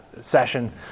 session